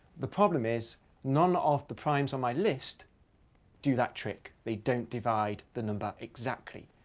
the problem is none of the primes on my list do that trick. they don't divide the number exactly.